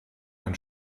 ein